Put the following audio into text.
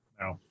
No